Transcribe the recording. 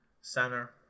center